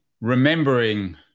remembering